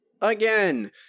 again